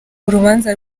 urubanza